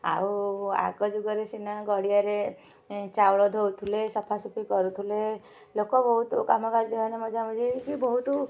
ଆଉ ଆଗ ଯୁଗରେ ସିନା ଗଡ଼ିଆରେ ଏ ଚାଉଳ ଧୋଉଥୁଲେ ସଫାସୁଫି କରୁଥୁଲେ ଲୋକ ବହୁତ କାମ କାର୍ଯ୍ୟ ମାନେ ମଜାମଜି ହେଇକି ବହୁତ